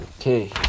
Okay